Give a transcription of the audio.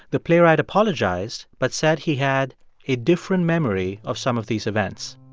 the playwright apologized but said he had a different memory of some of these events.